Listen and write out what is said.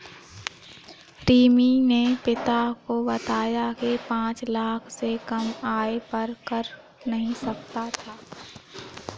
रिमी ने पिता को बताया की पांच लाख से कम आय पर कर नहीं लगता